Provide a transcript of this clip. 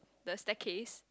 the staircase